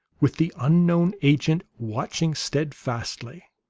with the unknown agent watching steadfastly.